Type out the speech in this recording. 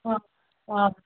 ହଁ ହଁ